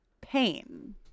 pain